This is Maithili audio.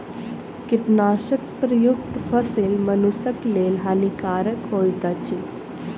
कीटनाशक प्रयुक्त फसील मनुषक लेल हानिकारक होइत अछि